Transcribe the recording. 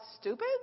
stupid